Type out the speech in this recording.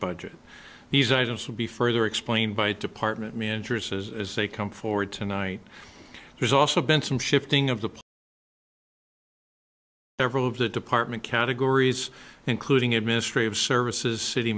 budget these items will be further explained by department managers as they come forward tonight there's also been some shifting of the several of the department categories including administrative services city